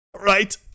right